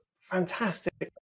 fantastic